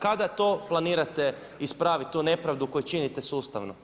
Kada to planirate ispraviti tu nepravdu koju činite sustavno?